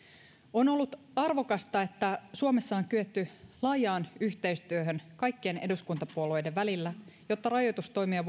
on ollut arvokasta että suomessa on kyetty laajaan yhteistyöhön kaikkien eduskuntapuolueiden välillä jotta rajoitustoimia